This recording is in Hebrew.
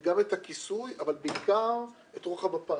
גם את הכיסוי אבל בעיקר את רוחב הפס.